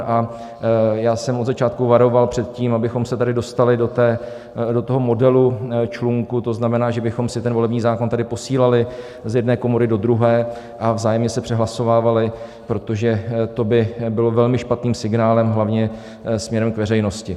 A já jsem od začátku varoval před tím, abychom se tady dostali do toho modelu člunku, to znamená, že bychom si ten volební zákona tady posílali z jedné komory do druhé a vzájemně se přehlasovávali, protože to by bylo velmi špatným signálem hlavně směrem k veřejnosti.